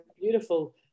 beautiful